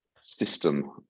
system